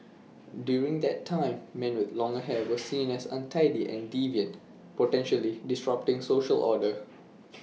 during that time men with long hair were seen as untidy and deviant potentially disrupting social order